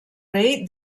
rei